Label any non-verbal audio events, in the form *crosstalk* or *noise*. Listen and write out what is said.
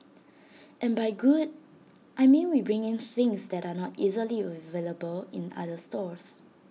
*noise* and by good I mean we bring in things that are not easily available in other stores